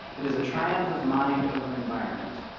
it is a triumph of mind over environment.